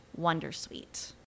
wondersuite